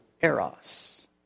Eros